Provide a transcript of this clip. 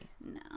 no